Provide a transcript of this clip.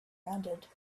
rounded